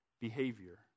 behavior